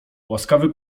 łaskawy